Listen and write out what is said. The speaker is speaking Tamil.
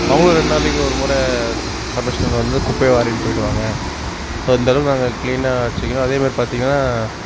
அவங்குளும் ரெண்டு நாளைக்கு ஒரு முறை கார்ப்ரேஷன்லேருந்து வந்து குப்பையை வாரின்னு போயிடுவாங்க இப்போ இந்தளவு நாங்கள் க்ளீனாக வச்சுக்கணும் அதே மாதிரி பார்த்திங்கனா